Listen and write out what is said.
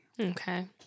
Okay